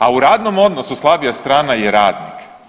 A u radnom odnosu slabija strana je radnik.